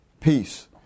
peace